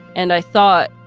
and i thought,